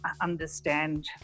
understand